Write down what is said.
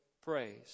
praise